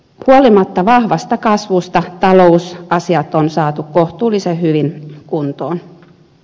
huolimatta vahvasta kasvusta talousasiat on saatu kohtuullisen hyvin kuntoon